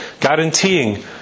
guaranteeing